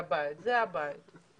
בצורה פרקטית זה באמת חשוב,